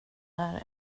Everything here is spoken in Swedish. här